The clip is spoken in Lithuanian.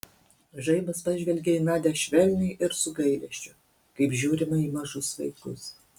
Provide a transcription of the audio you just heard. žaibas pažvelgė į nadią švelniai ir su gailesčiu kaip žiūrima į mažus vaikus